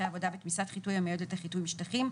העבודה בתמיסת חיטוי המיועדת לחיטוי משטחים,